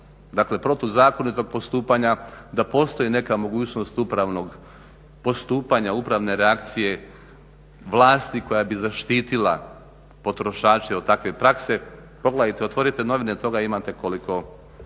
dakle protuzakonitog postupanja da postoji neka mogućnost upravnog postupanja, upravne reakcije vlasti koja bi zaštitila potrošače od takve prakse. Pogledajte, otvorite novine toga imate koliko